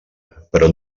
però